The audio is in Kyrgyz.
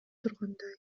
тургандай